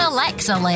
Alexa